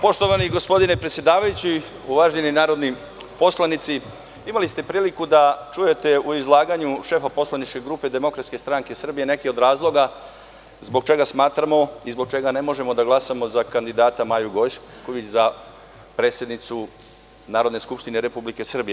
Poštovani gospodine predsedavajući, uvaženi narodni poslanici, imali ste priliku da čujete u izlaganju šefa poslaničke grupe DSS neke od razloga zbog čega smatramo i zbog čega ne možemo da glasamo za kandidata Maju Gojković za predsednicu Narodne skupštine Republike Srbije.